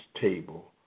table